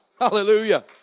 Hallelujah